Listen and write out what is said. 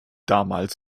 damals